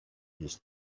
his